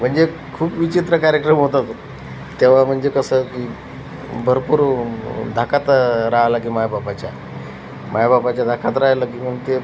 म्हणजे खूप विचित्र कार्यक्रम होता तो तेव्हा म्हणजे कसं की भरपूर धाकात रा लागे मायबापाच्या मायबापाच्या धाकात राहिलं की मग ते